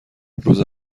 روز